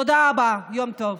תודה רבה ויום טוב.